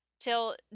till